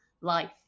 life